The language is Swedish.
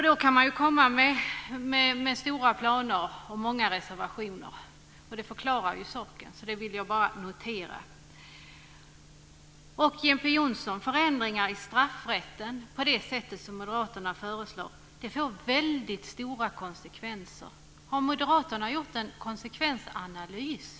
Då kan man ju komma med stora planer och många reservationer. Det förklarar saken. Jag vill bara notera det. Förändringar i straffrätten på det sätt som Moderaterna föreslår får väldigt stora konsekvenser, Jeppe Johnsson. Har Moderaterna gjort en konsekvensanalys?